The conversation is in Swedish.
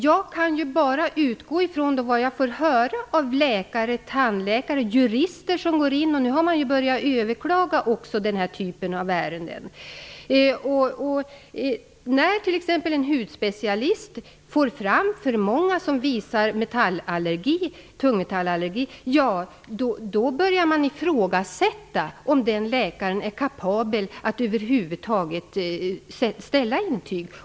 Jag kan bara utgå från vad jag får höra från läkare, tandläkare och jurister, som nu också har börjat överklaga den här typen av ärenden. När t.ex. en hudspecialist visar på för många fall av tungmetallallergi börjar man ifrågasätta om den läkaren är kapabel att över huvud taget utfärda intyg.